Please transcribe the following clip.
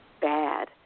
bad